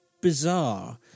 bizarre